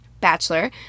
Bachelor